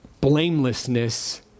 blamelessness